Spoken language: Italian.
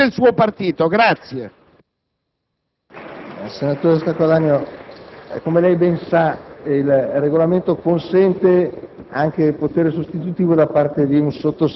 Si sospende dunque la seduta fino a quando il Ministro non arriva e non rispetta, se non la Costituzione, almeno i deliberati del suo partito.